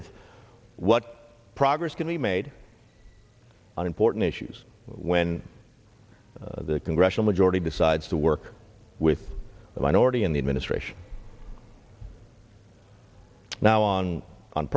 of what progress can be made on important issues when the congressional majority decides to work with the minority in the administration now on on